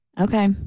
Okay